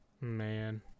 man